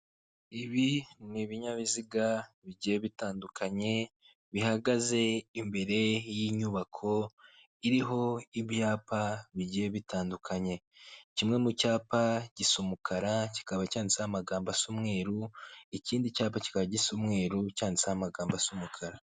Ibi ni ibinyabiziga bigiye bitandukanye bihagaze imbere y'inyubako iriho ibyapa bigiye bitandukanye kimwe mu cyapa gisa umukara kikaba cyanditseho amagambo asa umweru ikindi cyapa kikaba gisa umweruru cyanditseho amagambo asa umukara.